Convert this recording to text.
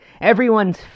everyone's